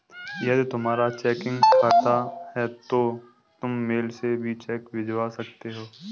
यदि तुम्हारा चेकिंग खाता है तो तुम मेल से भी चेक भिजवा सकते हो